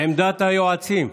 עמדת היועצים.